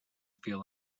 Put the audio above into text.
feel